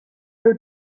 nhw